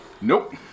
Nope